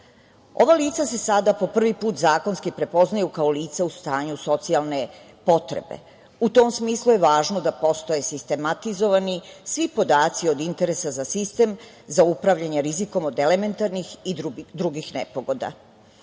Ova lica se sada po prvi put zakonski prepoznaju kao lica u stanju socijalne potrebe. U tom smislu je važno da postoje sistematizovani svi podaci od interesa za sistem, za upravljanje rizikom od elementarnih i drugih nepogoda. Zakonom